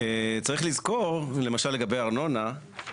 צריך לזכור, למשל לגבי ארנונה,